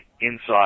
Inside